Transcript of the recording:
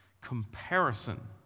Comparison